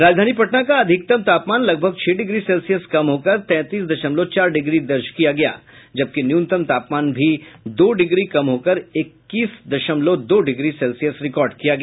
राजधानी पटना का अधिकतम तापमान लगभग छह डिग्री सेल्सियस कम होकर तैंतीस दशमलव चार डिग्री दर्ज किया गया जबकि न्यूनतम तापमान भी दो डिग्री कम होकर इक्कीस दशमलव दो डिग्री सेल्सियस रिकॉर्ड किया गया